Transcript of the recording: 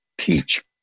teach